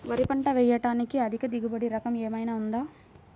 వరి పంట వేయటానికి అధిక దిగుబడి రకం ఏమయినా ఉందా?